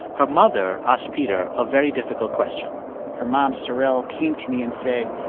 her mother asked peter a very difficult question her mom, sorrel, came to me and said,